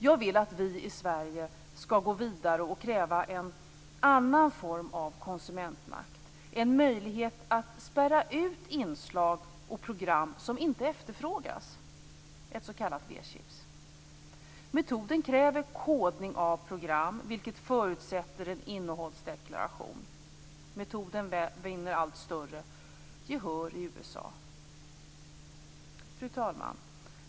Jag vill att vi i Sverige skall gå vidare och kräva en annan form av konsumentmakt, en möjlighet att spärra ut inslag och program som inte efterfrågas, ett s.k. v-chips. Metoden kräver kodning av program, vilket förutsätter en innehållsdeklaration. Men metoden vinner allt större gehör i USA. Fru talman!